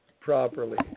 properly